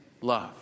love